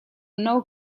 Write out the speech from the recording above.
nou